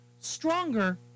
stronger